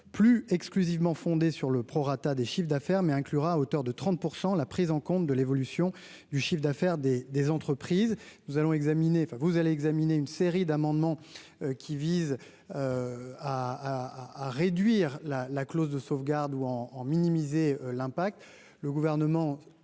plus exclusivement fondée sur le prorata des chiffres d'affaire mais inclura à hauteur de 30 % la prise en compte de l'évolution du chiffre d'affaires des des entreprises, nous allons examiner enfin vous allez examiner une série d'amendements qui visent à à réduire la la clause de sauvegarde ou en en minimiser l'impact, le gouvernement